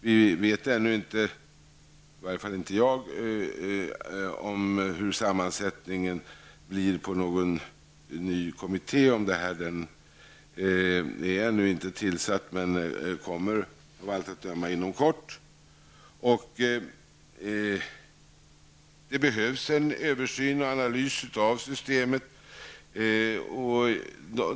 Vi vet ännu inte -- i varje fall vet inte jag -- hurdan sammansättningen i den nya kommittén på det här området kommer att bli. Den är ännu inte tillsatt, men den kommer av allt att döma inom kort. Det behövs en översyn och analys av systemet.